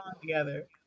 together